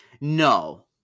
No